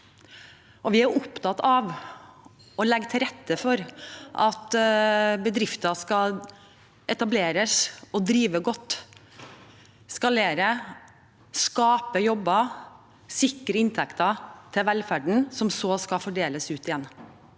Vi er opptatt av å legge til rette for at bedrifter skal etableres og drive godt, eskalere, skape jobber og sikre inntekter til velferden som så skal fordeles ut igjen.